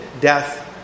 death